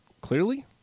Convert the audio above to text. clearly